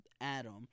Adam